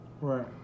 right